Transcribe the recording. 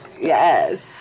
Yes